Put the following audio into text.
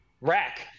rack